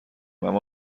اما